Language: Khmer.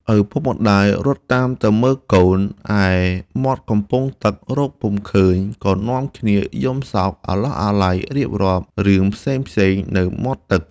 ឪពុកម្ដាយរត់តាមទៅមើលកូន ឯមាត់កំពង់ទឹករកពុំឃើញ ក៏នាំគ្នាយំសោកអាឡោះអាល័យរៀបរាប់ រឿងផ្សេងៗនៅមាត់ទឹក ។